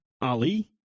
Ali